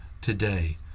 today